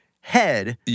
head